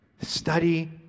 Study